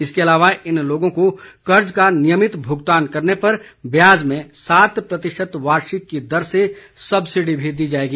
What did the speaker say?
इसके अलावा इन लोगों को कर्ज का नियमित भुगतान करने पर ब्याज में सात प्रतिशत वार्षिक की दर से सब्सिडी भी दी जाएगी